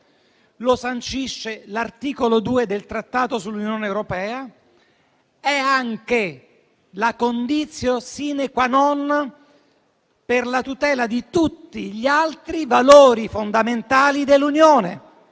lo sancisce l'articolo 2 del Trattato sull'Unione europea, ed è anche la *conditio sine qua non* della tutela di tutti gli altri valori fondamentali dell'Unione,